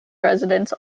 residents